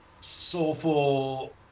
soulful